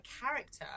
character